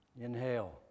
Inhale